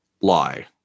lie